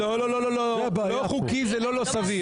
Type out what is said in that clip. לא, לא, לא, לא חוקי זה לא לא-סביר.